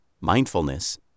mindfulness